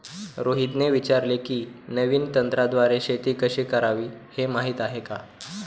रोहितने विचारले की, नवीन तंत्राद्वारे शेती कशी करावी, हे माहीत आहे का?